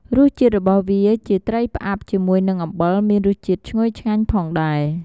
រសជាតិរបស់វាជាត្រីផ្អាប់ជាមួយនឹងអំបិលមានរសជាតិឈ្ងុយឆ្ងាញ់ផងដែរ។